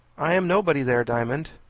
i am nobody there, diamond.